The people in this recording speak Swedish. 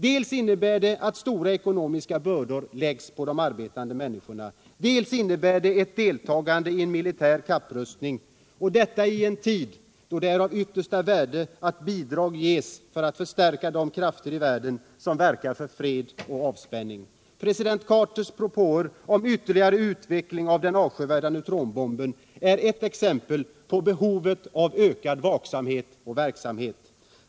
Dels innebär det att stora ekonomiska bördor läggs på de arbetande människorna, dels innebär det ett deltagande i en militär kapprustning och detta i en tid då det är av yttersta värde att bidrag ges för att förstärka de krafter i världen som verkar för fred och avspänning. President Carters propåer om ytterligare utveckling av den avskyvärda neutronbomben är ett exempel på behovet av ökad vaksamhet.